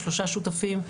שלושה שותפים,